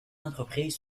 entreprises